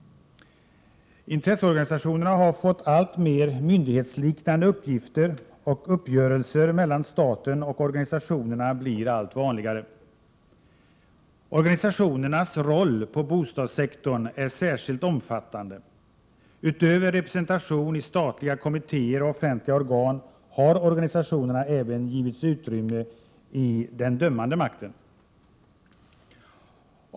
Intresseorganisationerna har fått alltmer myndighetsliknande uppgifter, och uppgörelser mellan staten och organisationerna blir allt vanligare. Organisationernas roll på bostadssektorn är särskilt omfattande. Utöver representation i statliga kommittéer och offentliga organ har organisationerna även givits utrymme i den dömande makten.